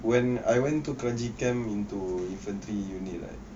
when I went to kranji camp into inventory unit right